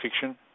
fiction